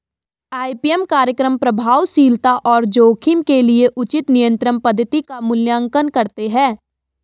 IPM कार्यक्रम प्रभावशीलता और जोखिम के लिए उचित नियंत्रण पद्धति का मूल्यांकन करते हैं